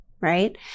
right